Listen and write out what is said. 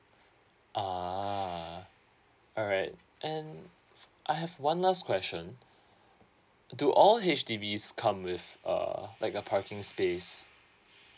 ah alright and I have one last question do all H_D_Bs come with uh like a parking space